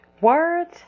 Words